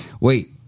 Wait